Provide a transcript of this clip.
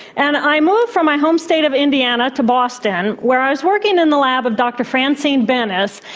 and i moved from my home state of indiana to boston where i was working in the lab of dr francine benes,